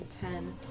ten